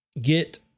get